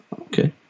Okay